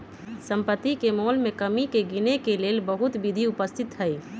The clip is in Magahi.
सम्पति के मोल में कमी के गिनेके लेल बहुते विधि उपस्थित हई